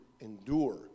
endure